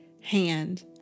hand